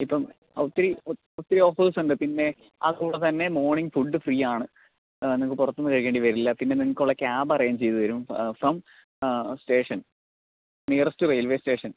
ഇപ്പം ഒത്തിരി ഒത്തിരി ഓഫേഴ്സുണ്ട് പിന്നെ അതിൽ കൂടെത്തന്നെ മോർണിംഗ് ഫുഡ് ഫ്രീയാണ് നിങ്ങൾക്ക് പുറത്തുനിന്ന് കഴിക്കേണ്ടി വരില്ല പിന്നെ നിങ്ങൾക്കുള്ള കാബ് അറേഞ്ച് ചെയ്തുതരും from station nearest railway station